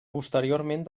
posteriorment